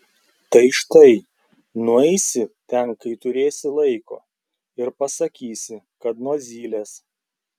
tai štai nueisi ten kai turėsi laiko ir pasakysi kad nuo zylės